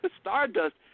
Stardust